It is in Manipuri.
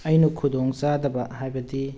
ꯑꯩꯅ ꯈꯨꯗꯣꯡ ꯆꯥꯗꯕ ꯍꯥꯏꯕꯗꯤ